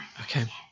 okay